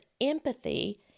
empathy